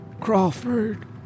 Crawford